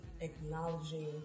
acknowledging